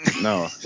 no